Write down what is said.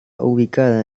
ubicada